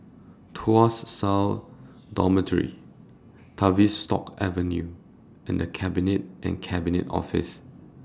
Tuas South Dormitory Tavistock Avenue and The Cabinet and Cabinet Office